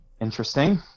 interesting